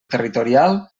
territorial